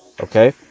Okay